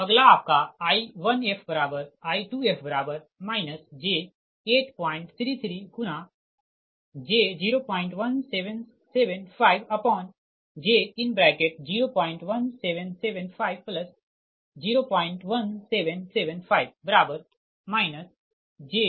अगला आपका I1fI2f j833×j01775j0177501775 j4165 pu